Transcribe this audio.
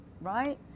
right